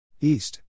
East